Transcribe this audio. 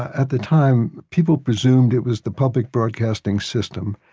at the time. people presumed it was the public broadcasting system,